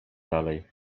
dalej